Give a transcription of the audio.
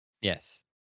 Yes